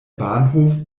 bahnhof